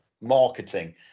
marketing